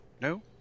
No